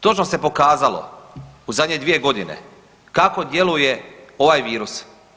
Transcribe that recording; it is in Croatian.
Točno se pokazalo u zadnje 2.g. kako djeluje ovaj virus.